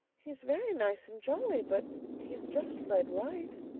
he's very nice and jolly. but he's just fred wright.